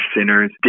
sinners